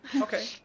Okay